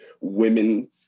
Women